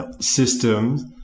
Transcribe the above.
systems